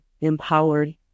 empowered